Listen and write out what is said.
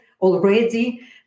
already